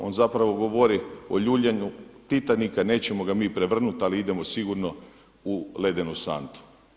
On zapravo govori o ljuljanju Titanika, nećemo ga mi prevrnuti ali idemo sigurno u ledenu santu.